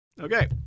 Okay